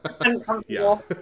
uncomfortable